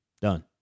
Done